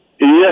Yes